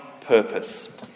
purpose